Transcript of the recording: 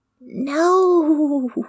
no